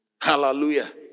hallelujah